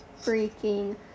freaking